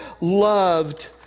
loved